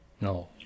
No